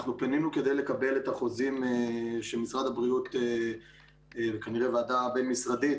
אנחנו פנינו כדי לקבל את החוזים שמשרד הבריאות וכנראה ועדה בין משרדית,